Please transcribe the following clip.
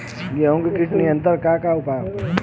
गेहूँ में कीट नियंत्रण क का का उपाय ह?